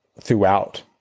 throughout